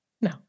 No